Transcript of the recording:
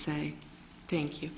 say thank you